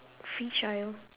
free child